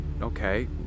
okay